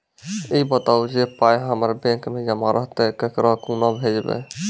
ई बताऊ जे पाय हमर बैंक मे जमा रहतै तऽ ककरो कूना भेजबै?